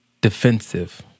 defensive